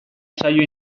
saio